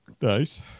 Nice